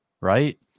right